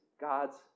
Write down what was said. God's